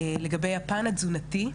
לגבי הפן התזונתי,